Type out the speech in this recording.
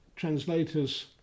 Translators